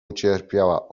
ucierpiała